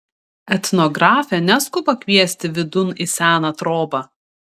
etnografė neskuba kviesti vidun į seną trobą